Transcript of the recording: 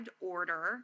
order